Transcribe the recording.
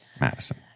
Madison